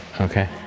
okay